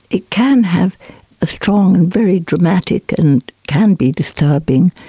it can have a strong and very dramatic and can be disturbing